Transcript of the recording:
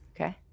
Okay